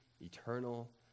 eternal